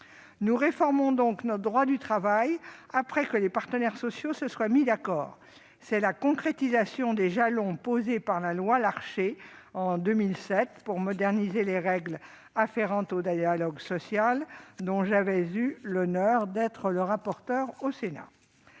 Nous réformons donc notre droit du travail après que les partenaires sociaux se sont mis d'accord : c'est la concrétisation des jalons posés par la loi Larcher en 2007 pour moderniser les règles afférentes au dialogue social, texte dont j'avais eu l'honneur d'être le rapporteur au Sénat.